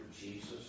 Jesus